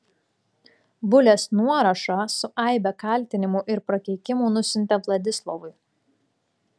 bulės nuorašą su aibe kaltinimų ir prakeikimų nusiuntė vladislovui